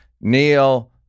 Neil